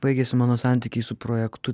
baigėsi mano santykiai su projektu televizijoje